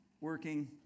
working